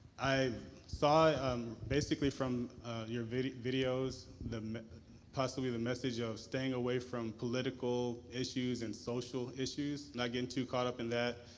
i saw um basically from your very videos, possibly the message of staying away from political issues and social issues, not getting too caught up in that,